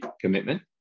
commitment